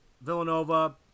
Villanova